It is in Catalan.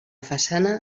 façana